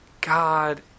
God